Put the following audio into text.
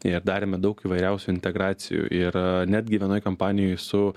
ir darėme daug įvairiausių integracijų ir netgi vienoj kompanijoj su